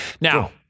Now